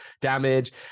damage